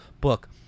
book